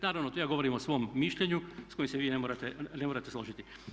Naravno, tu ja govorim o svom mišljenju s kojim se vi ne morate složiti.